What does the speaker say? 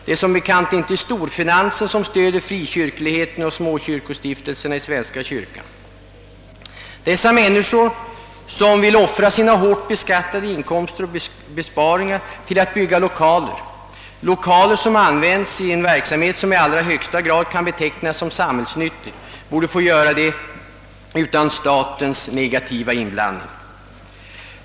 Det är som bekant inte storfinansen som stöder frikyrkligheten och småkyrkostiftelserna i svenska kyrkan. Dessa människor, som vill offra sina hårt beskattade inkomster och besparingar till att bygga lokaler, vilka används till en verksamhet som i allra högsta grad kan betecknas som samhällsnyttig, borde få göra det utan statens negativa inblandning.